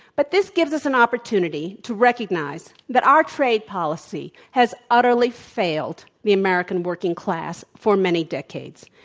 but this gives us an opportunity to recognize that our trade policy has utterly failed the american working class for many decades.